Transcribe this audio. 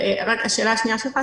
השאלה השנייה שלך?